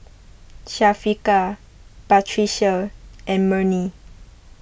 Syafiqah Batrisya and Murni